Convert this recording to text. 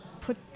put